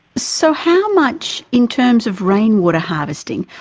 so how much in terms of rainwater harvesting,